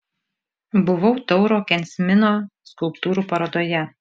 buvau tauro kensmino skulptūrų parodoje